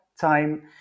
time